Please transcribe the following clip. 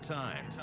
time